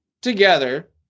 together